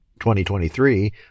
2023